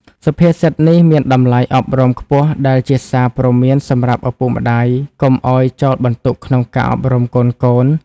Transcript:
សុភាសិតនេះមានតម្លៃអប់រំខ្ពស់ដែលជាសារព្រមានសម្រាប់ឪពុកម្ដាយកុំឲ្យចោលបន្ទុកក្នុងការអប់រំកូនៗ។